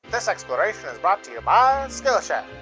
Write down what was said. this exploration is brought to you by skillshare.